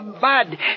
bad